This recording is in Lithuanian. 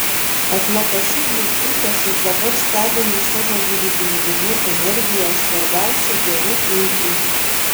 atlapaširdis dzūkas ir dabar stebina savo gyvybingumu energija o svarbiausia geru ūpu